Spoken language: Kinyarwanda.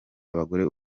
abagore